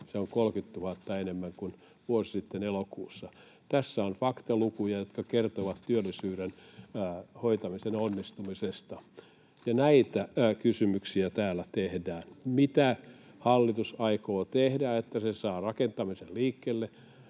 Se on 30 000 enemmän kuin vuosi sitten elokuussa. Tässä on faktalukuja, jotka kertovat työllisyyden hoitamisen onnistumisesta. Ja näitä kysymyksiä täällä tehdään: mitä hallitus aikoo tehdä, että se saa rakentamisen liikkeelle?